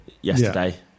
yesterday